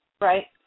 Right